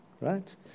right